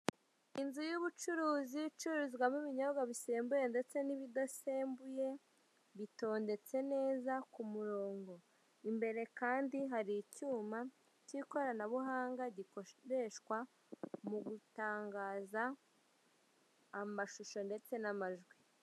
Inzu y'ubucuruzi icururizwamo ibinyobwa bisembuye ndetse n'ibidasembuye, bitondetse neza ku murongo. Imbere kandi hari icyuma k'ikoranabuhanga gikoreshwa mu gutangaza amashusho ndetse n'amajwi.